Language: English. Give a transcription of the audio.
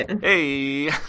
Hey